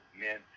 men